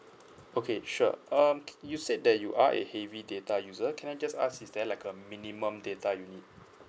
okay sure um you said that you are a heavy data user can I just ask is there like a minimum data you need